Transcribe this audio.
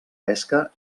pesca